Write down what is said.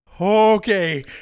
okay